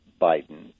Biden